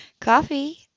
coffee